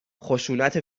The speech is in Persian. خشونت